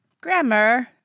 Grammar